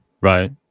Right